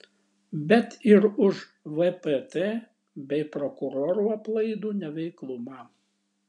bet ir už vpt bei prokurorų aplaidų neveiklumą